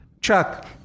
Chuck